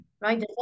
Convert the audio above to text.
right